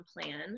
plan